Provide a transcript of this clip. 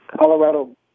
Colorado